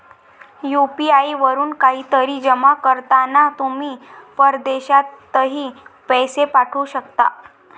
UPI वरून काहीतरी जमा करताना तुम्ही परदेशातही पैसे पाठवू शकता